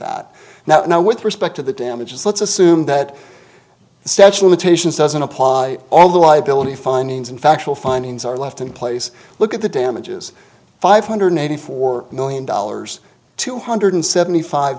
that now with respect to the damages let's assume that the stench limitations doesn't apply all the liability findings and factual findings are left in place look at the damages five hundred eighty four million dollars two hundred seventy five